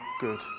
good